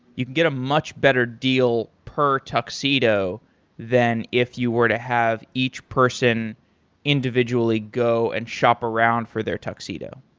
you can get a much better deal per tuxedo tuxedo than if you were to have each person individually go and shop around for their tuxedo.